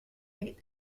est